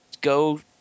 Go